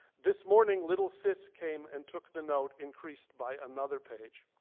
this morning little sis came and took the note increased by another page.